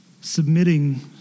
submitting